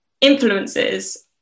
influences